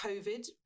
COVID